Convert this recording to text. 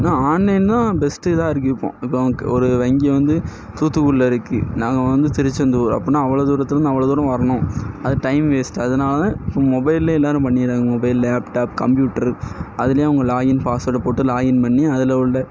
ஆனால் ஆன்லைன்னா பெஸ்டு இதாக இருக்குது இப்போது இப்போது ஒரு வங்கி வந்து தூத்துகுடியில இருக்குது நாங்கள் வந்து திருச்செந்தூர் அப்படினா அவ்வளோ தூரத்திலருந்து அவ்வளோ தூரம் வரணும் அது டைம் வேஸ்ட் அதனால இப்போ மொபைலேயே எல்லாரும் பண்ணிடுறாங்க மொபைல் லேப்டாப் கம்ப்யூட்ரு அதிலயே அவங்க லாக்இன் பாஸ்வெர்டை போட்டு லாக்இன் பண்ணி அதில் உள்ள